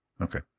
Okay